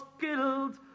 killed